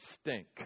stink